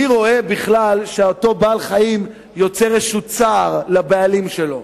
מי רואה בכלל שבעל-חיים יוצר איזשהו צער לבעלים שלו?